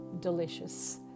delicious